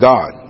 God